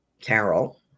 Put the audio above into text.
Carol